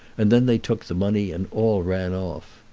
and then they took the money and all ran off.